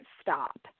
stop